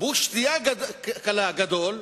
בקבוק שתייה קלה גדול,